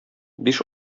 биш